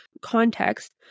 context